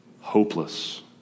Hopeless